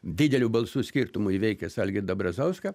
dideliu balsų skirtumu įveikęs algirdą brazauską